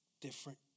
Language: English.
different